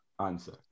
answer